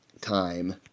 time